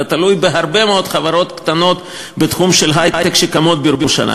אלא תלוי בהרבה מאוד חברות קטנות בתחום ההיי-טק שקמות בירושלים.